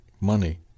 Money